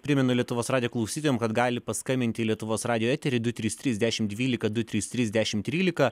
primenu lietuvos radijo klausytojam kad gali paskambint į lietuvos radijo eterį du trys trys dešimt dvylika du trys trys dešimt trylika